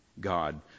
God